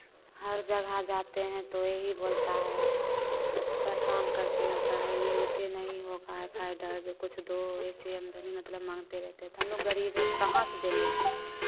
हर जगह जाते हैं तो यही बोलता है परेशान करते रहता है ये ऐसे नहीं होगा एफ़ आई दर्ज़ कुछ दो ऐसे आमदनी मतलब माँगते रहते तो हम लोग गरीब है तो कहाँ से देंगे